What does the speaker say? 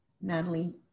Natalie